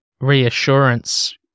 reassurance